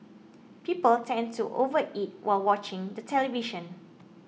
people tend to overeat while watching the television